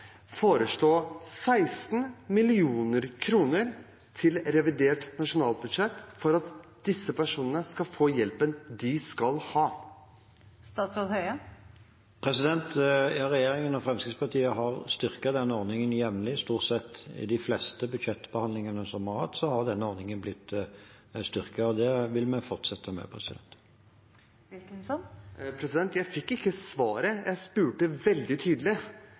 foreslå 16 mill. kr til revidert nasjonalbudsjett for at disse personene skal få hjelpen de skal ha? Regjeringen og Fremskrittspartiet har styrket denne ordningen jevnlig. Stort sett i de fleste budsjettforhandlingene som vi har hatt, er denne ordningen blitt styrket. Det vil vi fortsette med. Jeg fikk ikke svar. Jeg spurte veldig tydelig: